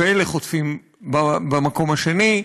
ואלה חוטפים במקום השני,